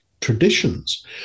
traditions